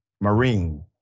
Marine